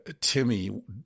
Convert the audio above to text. Timmy